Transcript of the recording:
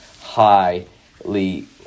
highly